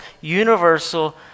universal